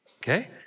okay